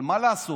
אבל מה לעשות